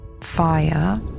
fire